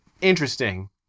Interesting